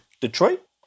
Detroit